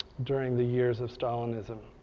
during the years of stalinism.